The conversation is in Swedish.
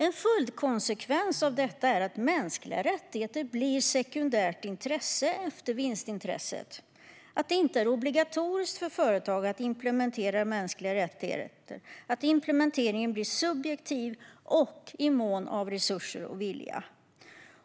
En följdkonsekvens av detta är att mänskliga rättigheter blir sekundärt intresse efter vinstintresset, att det inte är obligatoriskt för företag att implementera mänskliga rättigheter, att implementeringen blir subjektiv och i mån av resurser och vilja."